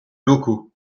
locaux